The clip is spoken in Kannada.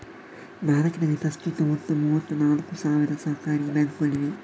ಭಾರತದಲ್ಲಿ ಪ್ರಸ್ತುತ ಒಟ್ಟು ಮೂವತ್ತ ನಾಲ್ಕು ಸಹಕಾರಿ ಬ್ಯಾಂಕುಗಳಿವೆ